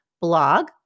blog